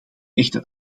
echter